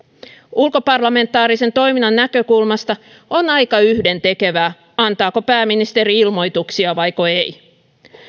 ulkoparlamentaarisen toiminnan näkökulmasta on aika yhdentekevää antaako pääministeri ilmoituksia vai ei